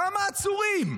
כמה עצורים?